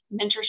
Mentorship